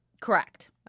Correct